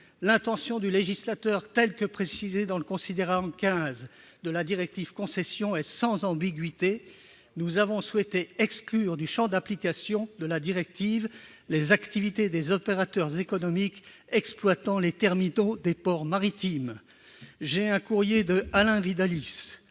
L'intention du législateur, telle que précisée dans le considérant 15 de la directive Concession, est sans ambiguïté. Nous avons souhaité exclure du champ d'application de la directive les activités des opérateurs économiques exploitant les terminaux des ports maritimes ». J'ai également un courrier d'Alain Vidalies,